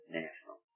national